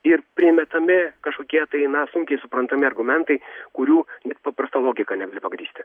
ir primetami kažkokie tai na sunkiai suprantami argumentai kurių net paprasta logika negali pagrįsti